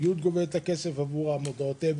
פלוני גובה את הכסף עבור מודעות אבל